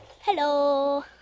Hello